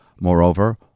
Moreover